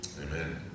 Amen